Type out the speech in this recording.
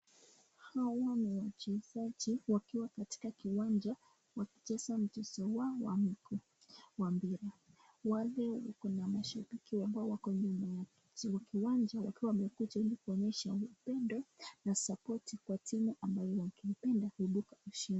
Hawa ni wachezaji wakiwa katika kiwanja, wakicheza mcezo wao wa miguu, wa mpira wale wenye wameshika holi, kwa kiwanja qakiwa wamekuja kuonyesha upendo na sapoti kwa timu ambayonwangeipenda kuibuka mshindi.